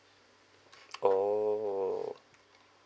orh